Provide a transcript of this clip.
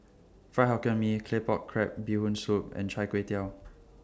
Fried Hokkien Mee Claypot Crab Bee Hoon Soup and Chai Kway Tow